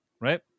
right